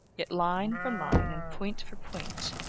yet line for line and point for point,